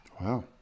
Wow